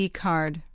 card